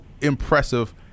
impressive